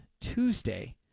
Tuesday